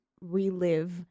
relive